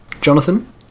Jonathan